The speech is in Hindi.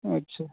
अच्छा